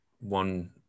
one